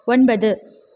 ஒன்பது